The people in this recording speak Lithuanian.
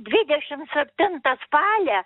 dvidešim septintą spalią